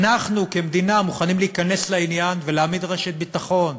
אנחנו כמדינה מוכנים להיכנס לעניין ולהעמיד רשת ביטחון.